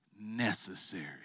necessary